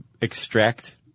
extract